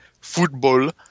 football